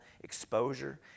exposure